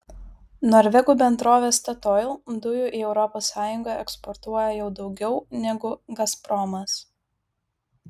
norvegų bendrovė statoil dujų į europos sąjungą eksportuoja jau daugiau negu gazpromas